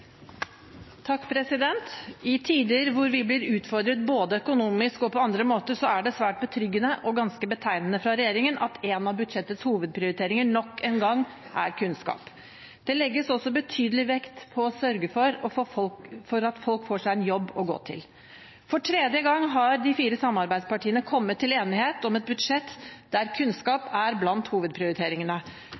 det svært betryggende, og ganske betegnende for regjeringen, at en av budsjettets hovedprioriteringer nok en gang er kunnskap. Det legges også betydelig vekt på å sørge for at folk får seg en jobb å gå til. For tredje gang har de fire samarbeidspartiene kommet til enighet om et budsjett der kunnskap er blant hovedprioriteringene.